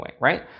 right